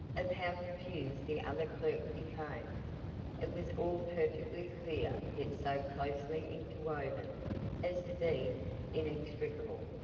of how confused the other clerk became it was all perfectly clear yet so closely interwoven as to be inextricable,